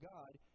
God—